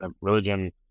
religion